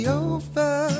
over